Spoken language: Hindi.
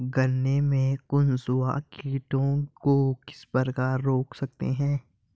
गन्ने में कंसुआ कीटों को किस प्रकार रोक सकते हैं?